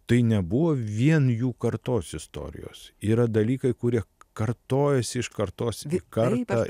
tai nebuvo vien jų kartos istorijos yra dalykai kurie kartojasi iš kartos į kartą